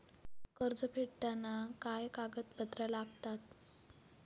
कर्ज फेडताना काय काय कागदपत्रा लागतात?